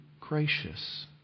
gracious